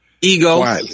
Ego